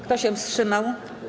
Kto się wstrzymał?